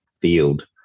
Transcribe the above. field